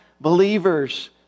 believers